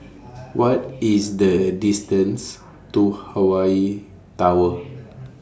What IS The distance to Hawaii Tower